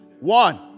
One